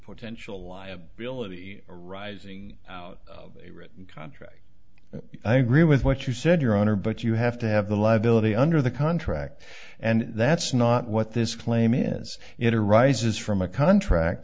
potential liability rising out of a written contract i agree with what you said your honor but you have to have the liability under the contract and that's not what this claim is it arises from a contract